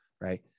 right